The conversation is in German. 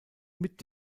mit